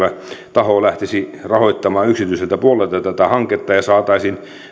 taho lähtisi rahoittamaan yksityiseltä puolelta tätä hanketta ja saataisiin